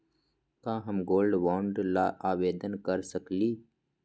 का हम gold bond ल आवेदन कर सकली?